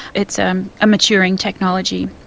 it's a maturing technology.